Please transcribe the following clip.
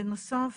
בנוסף,